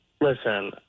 Listen